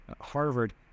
Harvard